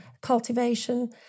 cultivation